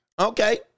Okay